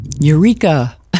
Eureka